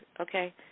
okay